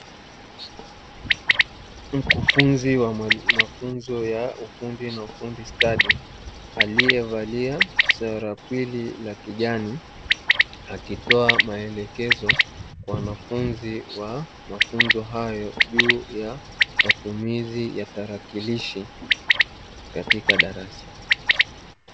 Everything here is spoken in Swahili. Mkufunzi wa mafunzo ya ufundi na ufundi stadi aliyevalia sara kwili la kijani akitoa maelekezo kwa wanafunzi wa mafunzo hayo juu ya matumizi ya tarakilishi katika darasa.